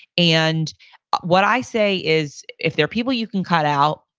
and what i say is if there are people you can cut out,